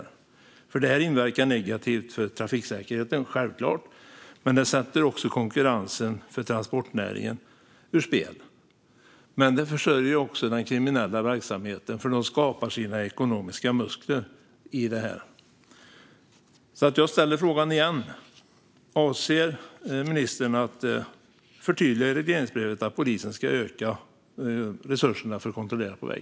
Detta inverkar självklart negativt på trafiksäkerheten. Det sätter konkurrensen för transportnäringen ur spel. Men det försörjer också den kriminella verksamheten, för de kriminella skapar sina ekonomiska muskler i detta. Jag ställer frågan igen: Avser ministern att förtydliga i regleringsbrevet att polisen ska öka resurserna för att kontrollera på väg?